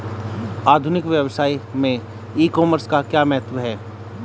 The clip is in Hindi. आधुनिक व्यवसाय में ई कॉमर्स का क्या महत्व है?